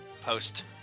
post